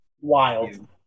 wild